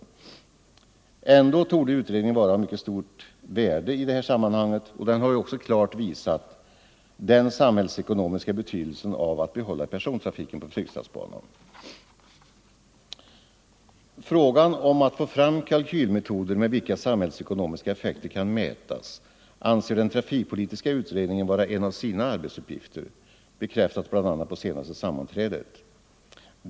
= järnvägstrafik, Utredningen torde ändå vara av mycket stort värde i det här samman = m. m hanget, och den har också klart visat den samhällsekonomiska betydelsen av att behålla persontrafiken på Fryksdalsbanan. Frågan om att få fram kalkylmetoder med vilka samhällsekonomiska effekter kan mätas anser den trafikpolitiska utredningen vara en av sina arbetsuppgifter. Det bekräftades bl.a. på dess senaste sammanträde.